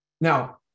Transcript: Now